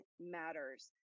matters